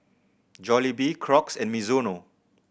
Jollibee Crocs and Mizuno